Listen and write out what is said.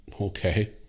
Okay